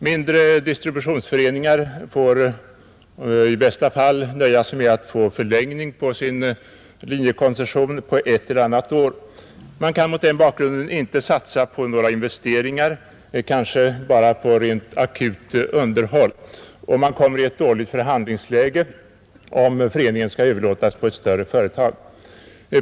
Mindre distributionsföreningar får i bästa fall nöja sig med att få förlängning av sin linjekoncession med ett eller annat år. Man kan mot den bakgrunden inte satsa på några investeringar, kanske bara på rent akut underhåll, och man kommer i ett dåligt förhandlingsläge om föreningen skall överlåtas på ett större företag.